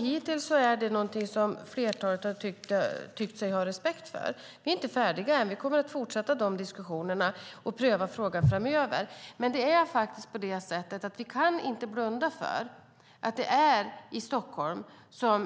Hittills är det någonting flertalet har tyckt sig ha respekt för. Vi är inte färdiga än; vi kommer att fortsätta diskussionerna och pröva frågan framöver. Det är dock på det sättet att vi inte kan blunda för att det är i Stockholm